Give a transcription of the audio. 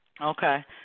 Okay